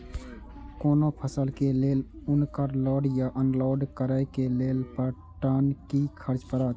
कोनो फसल के लेल उनकर लोड या अनलोड करे के लेल पर टन कि खर्च परत?